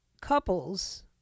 couples